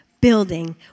building